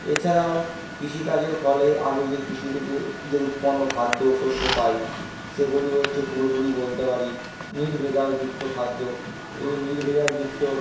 এছাড়াও কৃষিকাজের ফলে আমি যে কৃষি থেকে যে উৎপন্ন খাদ্য শস্য পাই সেগুলি হচ্ছে পুরোপুরি বলতে পারি নির্ভেজালযুক্ত খাদ্য এই নির্ভেজালযুক্ত